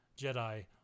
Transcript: jedi